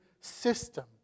system